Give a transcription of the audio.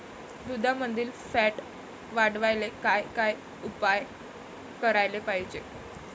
दुधामंदील फॅट वाढवायले काय काय उपाय करायले पाहिजे?